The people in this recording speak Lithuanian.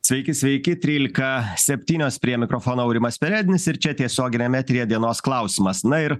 sveiki sveiki trylika septynios prie mikrofono aurimas perednis ir čia tiesioginiam eteryje dienos klausimas na ir